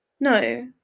No